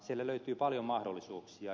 siellä löytyy paljon mahdollisuuksia